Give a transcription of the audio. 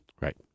Right